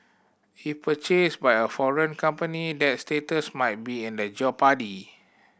if purchased by a foreign company that status might be in jeopardy